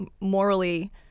morally